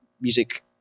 music